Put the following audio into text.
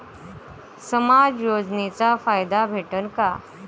समाज योजनेचा फायदा भेटन का?